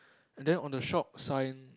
and then on the shop sign